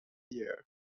year